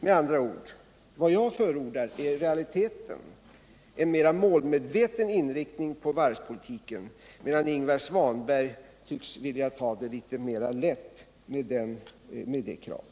Med andra ord: Vad jag förordar är i realiteten en mer målmedveten inriktning av varvspolitiken, medan Ingvar Svanberg tycks vilja ta mera lätt på detta krav.